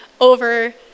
over